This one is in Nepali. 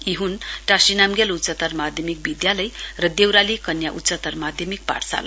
यी हन् टाशी नामग्याल उच्चतर माध्यमिक विद्यालय र देवराली कन्या उच्चतर माध्यमिक पाठशाला